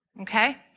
okay